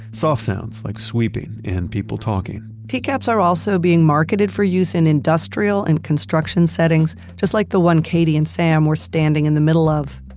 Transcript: soft sounds, like sweeping and people talking tcaps are also being marketed for use in industrial and construction settings, just like the one katie and sam were standing in the middle of.